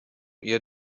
ihr